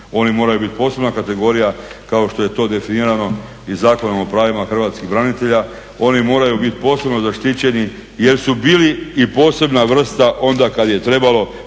Oni moraju biti posebna kategorija kao što je to definirano i Zakonom o pravima hrvatskih branitelja, oni moraju biti posebno zaštićeni jer su bili i posebna vrsta onda kad je trebalo,